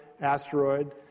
asteroid